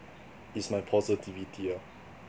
it's my positivity ah